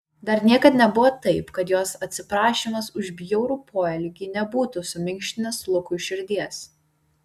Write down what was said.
dar niekad nebuvo taip kad jos atsiprašymas už bjaurų poelgį nebūtų suminkštinęs lukui širdies